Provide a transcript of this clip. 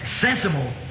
Sensible